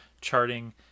charting